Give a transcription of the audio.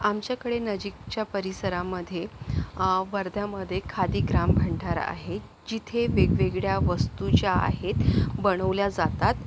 आमच्याकडे नजीकच्या परिसरामध्ये वर्ध्यामध्ये खादी ग्राम भंडार आहे जिथे वेगवेगळ्या वस्तू ज्या आहेत बनवल्या जातात